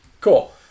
cool